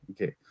okay